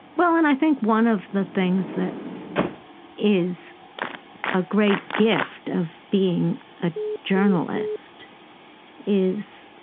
well, and i think one of the things that is a great gift of being a journalist is